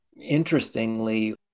interestingly